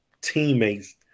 teammates